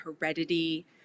heredity